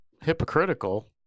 hypocritical